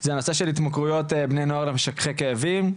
זה הנושא של התמכרויות בני נוער למשככי כאבים,